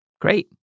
Great